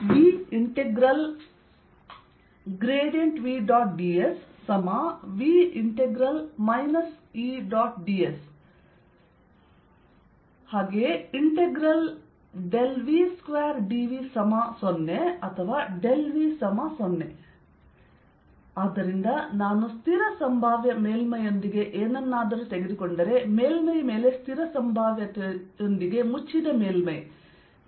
dS V2dV0 or V0 ಆದ್ದರಿಂದ ನಾನು ಸ್ಥಿರ ಸಂಭಾವ್ಯ ಮೇಲ್ಮೈಯೊಂದಿಗೆ ಏನನ್ನಾದರೂ ತೆಗೆದುಕೊಂಡರೆ ಮೇಲ್ಮೈ ಮೇಲೆ ಸ್ಥಿರ ಸಂಭಾವ್ಯತೆಯೊಂದಿಗೆ ಮುಚ್ಚಿದ ಮೇಲ್ಮೈ ನಂತರ ಕ್ಷೇತ್ರವು 0 ಆಗುತ್ತದೆ